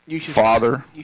father